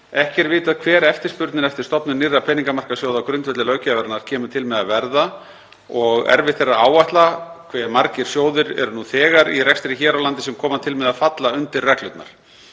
Ekki er vitað hver eftirspurnin eftir stofnun nýrra peningamarkaðssjóða á grundvelli löggjafarinnar kemur til með að verða og erfitt er að áætla hvað margir sjóðir eru nú þegar í rekstri hér á landi sem koma til með að falla undir reglurnar.